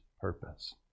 purpose